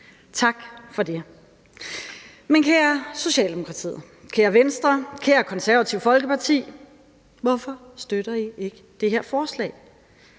Tak for det. Men kære Socialdemokratiet, kære Venstre, kære Det Konservative Folkeparti, hvorfor støtter I ikke det her forslag?